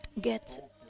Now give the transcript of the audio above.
get